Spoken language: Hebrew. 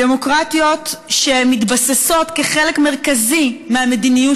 דמוקרטיות שמתבססות כחלק מרכזי מהמדיניות